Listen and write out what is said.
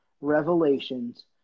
revelations